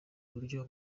uburyo